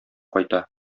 кайта